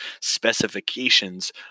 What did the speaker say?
specifications